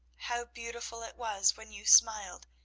how beautiful it was when you smiled,